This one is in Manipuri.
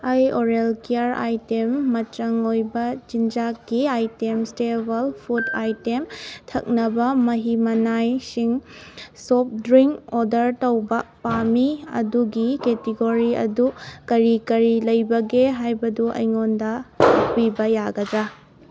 ꯑꯩ ꯑꯣꯔꯦꯜ ꯀꯤꯌꯥꯔ ꯑꯥꯏꯇꯦꯝ ꯃꯆꯪ ꯑꯣꯏꯕ ꯆꯤꯟꯖꯥꯛꯀꯤ ꯑꯥꯏꯇꯦꯝ ꯏꯁꯇꯦꯕꯜ ꯐꯨꯠ ꯑꯥꯏꯇꯦꯝ ꯊꯛꯅꯕ ꯃꯍꯤ ꯃꯅꯥꯏꯁꯤꯡ ꯁꯣꯐ ꯗ꯭ꯔꯤꯡ ꯑꯣꯗꯔ ꯇꯧꯕ ꯄꯥꯝꯃꯤ ꯑꯗꯨꯒꯤ ꯀꯦꯇꯤꯒꯣꯔꯤ ꯑꯗꯨ ꯀꯔꯤ ꯀꯔꯤ ꯂꯩꯕꯒꯦ ꯍꯥꯏꯕꯗꯨ ꯑꯩꯉꯣꯟꯗ ꯍꯥꯏꯕꯤꯕ ꯌꯥꯒꯗ꯭ꯔꯥ